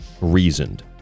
reasoned